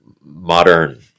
modern